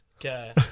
Okay